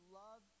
love